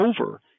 over